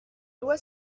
loi